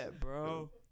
bro